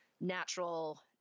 natural